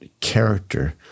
character